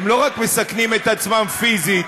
אני מבקש מחברי לאשר את ההצעה הזאת בקריאה שנייה ושלישית.